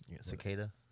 Cicada